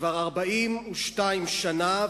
כבר 42 שנה,